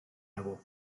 dago